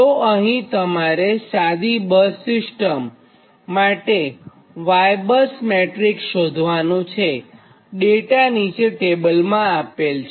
તો અહીંતમારે સાદી ૩ બસ સિસ્ટમ માટે Ybus મેટ્રીક્સ શોધવાનું છે ડેટા નીચે ટેબલમાં આપેલ છે